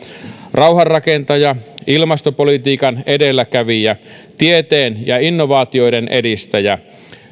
rauhanrakentaja ilmastopolitiikan edelläkävijä tieteen ja innovaatioiden edistäjä